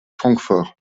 francfort